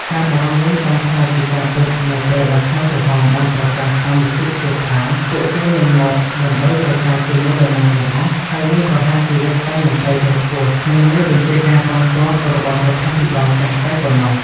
ការបារម្ភនេះបានក្លាយជាការពិតនៅពេលដែលខ្មែរក្រហមបានប្រកាសតាមវិទ្យុជាតិថា ពួកគេមិនមកដើម្បីចរចាជាមួយនរណាទាំងអស់ ហើយនឹងប្រហារជីវិតតែមន្ត្រីជាន់ខ្ពស់ និងមេបញ្ជាការកងទ័ពរបស់រដ្ឋាភិបាលចាស់តែប៉ុណ្ណោះ។